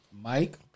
Mike